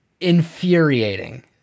Infuriating